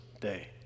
day